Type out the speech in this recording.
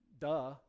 duh